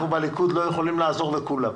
אנחנו בליכוד לא יכולים לעזור לכולם.